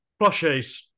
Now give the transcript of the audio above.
plushies